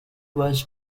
was